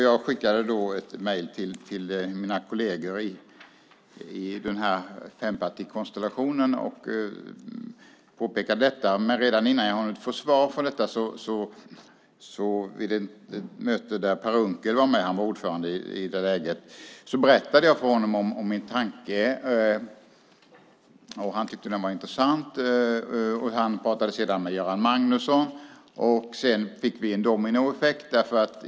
Jag skickade ett mejl till mina kolleger i fempartikonstellationen och påpekade detta, men redan innan jag hade hunnit få svar blev det ett möte där Per Unckel, som var ordförande i det läget, var med. Jag berättade för honom om min tanke, och han tyckte att den var intressant. Han pratade sedan med Göran Magnusson, och vi fick en dominoeffekt.